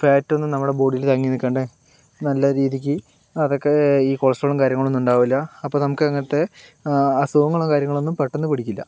ഫാക്റ്റൊന്നും നമ്മുടെ ബോഡിയിൽ തങ്ങി നിൽക്കാണ്ട് നല്ല രീതിക്ക് അതൊക്കെ ഈ കൊളസ്ട്രോളും കാര്യങ്ങളൊന്നും ഉണ്ടാവില്ല അപ്പോൾ നമുക്ക് അങ്ങനത്തെ അസുഖങ്ങളൊന്നും കാര്യങ്ങളൊന്നും പെട്ടെന്ന് പിടിക്കില്ല